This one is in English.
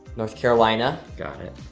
north carolina. got it.